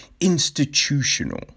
institutional